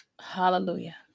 Hallelujah